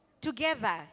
together